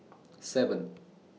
seven